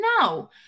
No